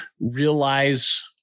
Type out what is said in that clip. realize